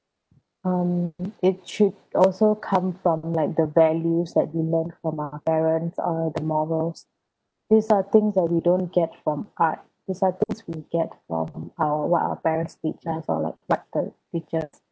um it should also come from like the values that we learn from our parents our the morals these are things that we don't get from art these are things we get from uh what our parents teach us or like what the teachers